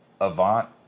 avant